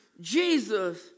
Jesus